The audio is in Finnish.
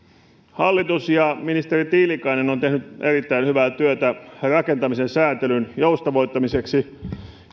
hallitus ja ministeri tiilikainen ovat tehneet erittäin hyvää työtä rakentamisen sääntelyn joustavoittamiseksi